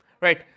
right